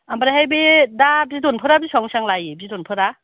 ओमफ्रायहाय बे दा बिदनफोरा बेसिबां बेसिबां लायो बिदनफोरा